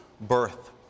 birth